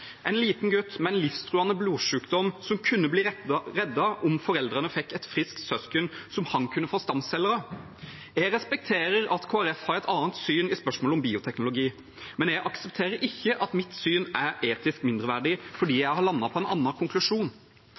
en liten gutt med en livstruende blodsykdom som kunne bli reddet om foreldrene fikk et friskt søsken som han kunne få stamceller av. Jeg respekterer at Kristelig Folkeparti har et annet syn i spørsmålet om bioteknologi, men jeg aksepterer ikke at mitt syn er etisk mindreverdig fordi jeg har landet på en annen konklusjon.